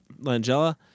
Langella